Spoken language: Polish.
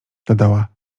dodała